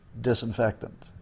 disinfectant